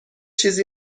چیزی